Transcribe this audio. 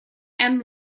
and